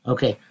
Okay